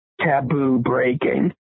taboo-breaking